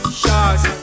shots